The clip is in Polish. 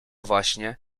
właśnie